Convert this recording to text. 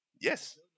Yes